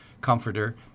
comforter